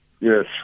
Yes